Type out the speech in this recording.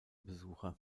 besucher